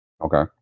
Okay